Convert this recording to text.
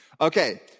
Okay